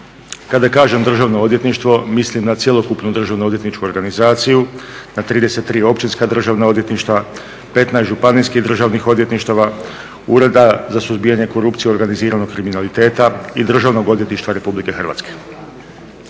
Kada kažem državno odvjetništvo mislim na cjelokupnu državno-odvjetničku organizaciju, na 33 općinska državna odvjetništva, 15 županijskih državnih odvjetništava, ureda za suzbijanje korupcije i organiziranog kriminaliteta i Državnog odvjetništva Republike Hrvatske.